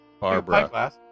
Barbara